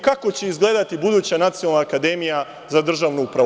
Kako će izgledati buduća Nacionalna akademija za državnu upravu?